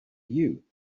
you